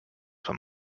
beim